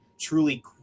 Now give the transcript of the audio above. truly